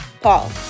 Paul